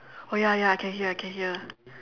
oh ya ya I can hear I can hear